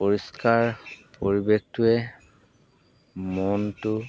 পৰিষ্কাৰ পৰিৱেশটোৱে মনটো